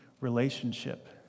relationship